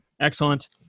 Excellent